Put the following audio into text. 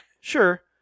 Sure